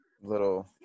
Little